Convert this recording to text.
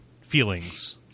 feelings